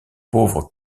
pauvre